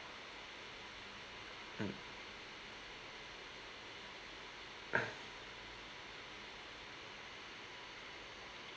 mm